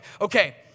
okay